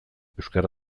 euskara